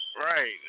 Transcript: Right